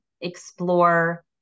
explore